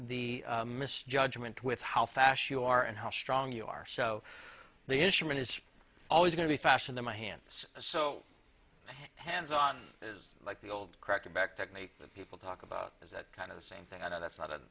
the misjudgement with how fast you are and how strong you are so the instrument is always going to be faster than my hands so hands on is like the old cracking back technique that people talk about as a kind of the same thing i know that's not